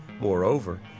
Moreover